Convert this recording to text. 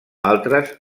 altres